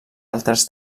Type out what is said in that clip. altes